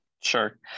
Sure